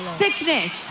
sickness